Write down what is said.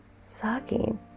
sucking